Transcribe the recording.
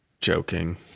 joking